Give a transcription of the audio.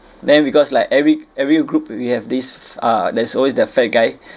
then because like every every group we have this f~ uh there's always the fat guy